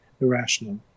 irrational